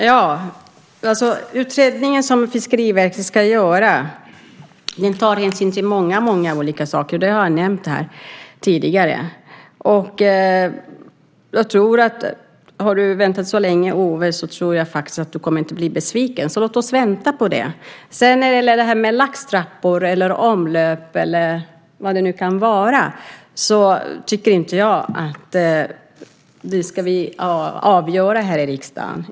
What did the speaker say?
Herr talman! Den utredning som Fiskeriverket ska göra tar hänsyn till många olika saker, vilket jag också nämnde tidigare. Eftersom du redan väntat så här länge, Owe, så tror jag inte att du kommer att bli besviken. Låt oss alltså vänta på den. Jag anser inte att vi i riksdagen ska avgöra om det ska finnas laxtrappor eller omlöp eller vad det nu kan vara.